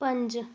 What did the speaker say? पंज